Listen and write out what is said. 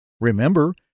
Remember